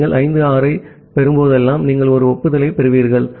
நீங்கள் 5 6 7 ஐப் பெறும்போதெல்லாம் நீங்கள் ஒரு ஒப்புதலைப் பெறுவீர்கள் 3